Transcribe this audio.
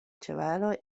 ĉevaloj